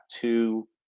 two